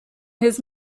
his